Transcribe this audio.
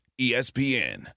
ESPN